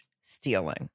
stealing